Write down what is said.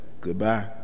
Goodbye